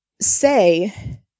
say